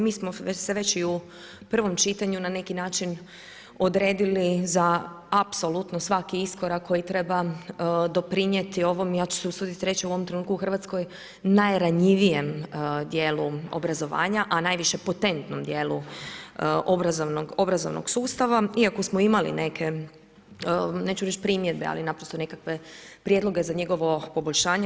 Mi smo se već u prvom čitanju na neki način odredili za apsolutno svaki iskorak koji treba doprinijeti ovome i ja ću se usuditi reći u ovom trenutku u Hrvatskoj, najranjivijem dijelu obrazovanja, a najviše potentnom dijelu obrazovnog sustava, iako smo imali neke neću reći primjedbe, ali naprosto nekakve prijedloge za njegovo poboljšanje.